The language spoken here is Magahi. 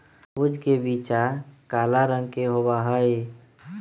तरबूज के बीचा काला रंग के होबा हई